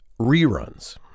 reruns